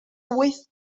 wyth